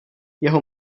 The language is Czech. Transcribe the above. jeho